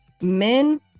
men